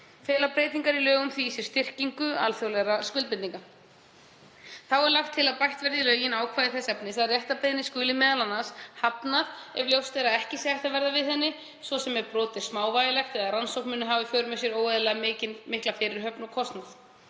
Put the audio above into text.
Fela breytingar á lögunum því í sér styrkingu alþjóðlegra skuldbindinga. Þá er lagt til að bætt verði í lögin ákvæði þess efnis að réttarbeiðni skuli m.a. hafnað ef ljóst er að ekki sé hægt að verða við henni, svo sem ef brot er smávægilegt eða rannsóknin muni hafa í för með sér óeðlilega mikla fyrirhöfn og kostnað.